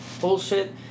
bullshit